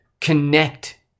connect